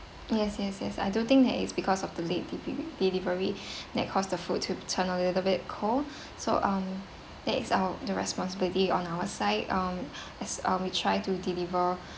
yes yes yes I do think that is because of the late deli~ delivery that cause the food to turn a little bit cold so um that is our the responsibility on our side um as uh we try to deliver